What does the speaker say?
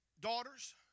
daughters